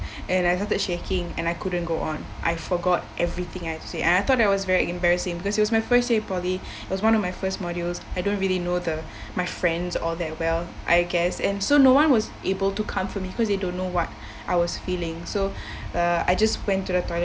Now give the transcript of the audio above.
and I started shaking and I couldn't go on I forgot everything I said I thought it was very embarrassing because it was my first year poly was one of my first modules I don't really know them my friends or they will I guess and so no one was able to comfort me because they don't know what I was feeling so uh I just went to the toilet